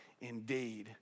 indeed